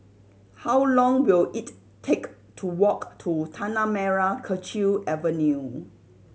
how long will it take to walk to Tanah Merah Kechil Avenue